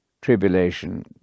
tribulation